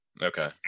Okay